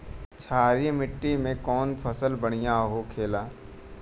क्षारीय मिट्टी में कौन फसल बढ़ियां हो खेला?